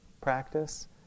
practice